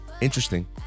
Interesting